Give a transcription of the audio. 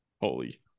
holy